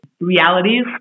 realities